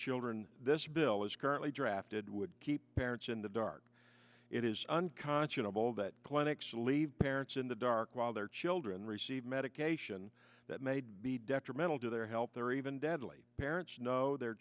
children this bill is currently drafted would keep parents in the dark it is unconscionable that clinics leave parents in the dark while their children receive medication that made be detrimental to their health or even deadly parents know their